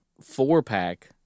four-pack